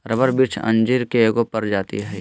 rubber वृक्ष अंजीर के एगो प्रजाति हइ